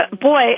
boy